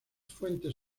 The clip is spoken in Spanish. fuentes